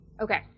Okay